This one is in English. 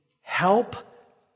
help